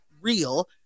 real